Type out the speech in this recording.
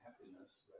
happiness